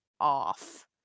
off